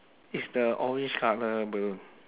is the orange colour balloon